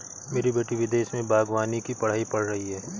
मेरी बेटी विदेश में बागवानी की पढ़ाई पढ़ रही है